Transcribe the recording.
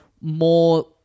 more